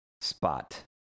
spot